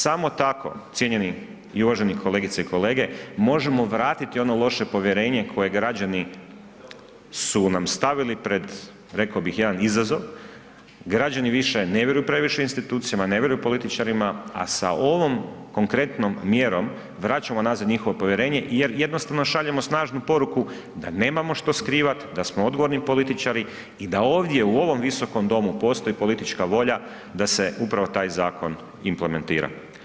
Samo tako cijenjeni i uvaženi kolegice i kolege možemo vratiti ono loše povjerenje koje građani su nam stavili pred rekao bih jedan izazov, građani više ne vjeruju previše institucijama, ne vjeruju političarima, a sa ovom konkretnom mjerom vraćamo nazad njihovo povjerenje jer jednostavno šaljemo snažnu poruku da nemamo što skrivati, da smo odgovorni političari i da ovdje u ovom visokom domu postoji politička volja da se upravo taj zakon implementira.